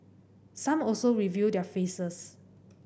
some also reveal their faces